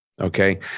okay